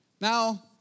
Now